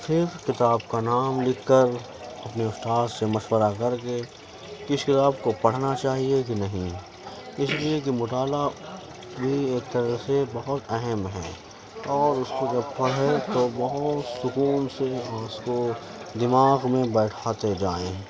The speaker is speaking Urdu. پھر کتاب کا نام لکھ کر اپنے استاد سے مشورہ کر کے کہ اس کتاب کو پڑھنا چاہیے کہ نہیں اس لیے کہ مطالعہ بھی ایک طرح سے بہت اہم ہے اور اس کو جب پڑھیں تو بہت سکون سے اس کو دماغ میں بیٹھاتے جائیں